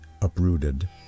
uprooted